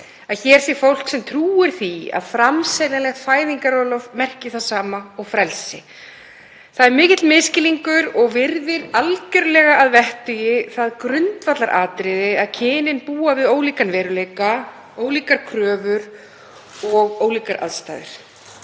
að hér sé fólk sem trúir því að framseljanlegt fæðingarorlof merki það sama og frelsi. Það er mikill misskilningur og virðir algerlega að vettugi það grundvallaratriði að kynin búa við ólíkan veruleika, ólíkar kröfur og ólíkar aðstæður